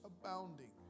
abounding